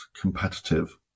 competitive